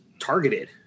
targeted